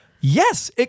yes